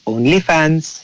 OnlyFans